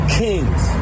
kings